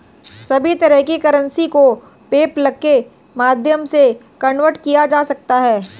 सभी तरह की करेंसी को पेपल्के माध्यम से कन्वर्ट किया जा सकता है